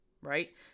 right